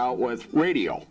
out with radio